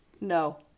No